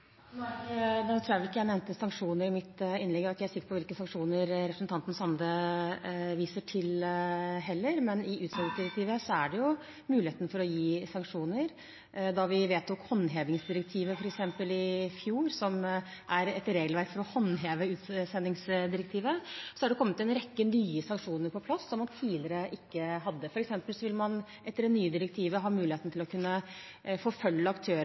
i mitt innlegg, og jeg er heller ikke helt sikker på hvilke sanksjoner representanten Sande viser til, men i utsendingsdirektivet er det jo mulighet for å gi sanksjoner. Da vi i fjor vedtok f.eks. håndhevingsdirektivet, som er et regelverk for å håndheve utsendingsdirektivet, kom det en rekke nye sanksjoner på plass som man tidligere ikke hadde. For eksempel vil man etter det nye direktivet ha muligheten til å kunne forfølge